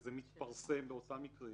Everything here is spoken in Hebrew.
וכשזה מתפרסם באותם מקרים